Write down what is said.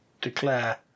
declare